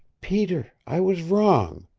peter, i was wrong.